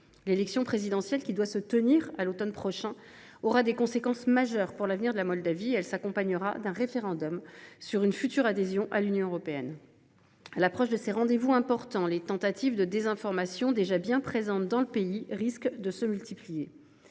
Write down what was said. L’élection présidentielle qui doit se tenir à l’automne prochain aura des conséquences majeures pour l’avenir de la Moldavie et elle s’accompagnera d’un référendum sur une future adhésion à l’Union européenne. À l’approche de ces rendez vous importants, les tentatives de désinformation, déjà bien présentes dans le pays, risquent de se multiplier.